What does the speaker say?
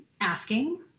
asking